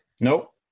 Nope